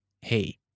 hey